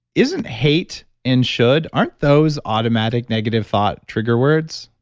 isn't hate and should aren't those automatic negative thought trigger words?